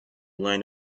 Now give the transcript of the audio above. line